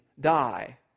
die